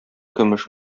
көмеш